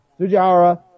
Sujara